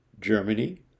Germany